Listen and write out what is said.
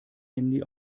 handy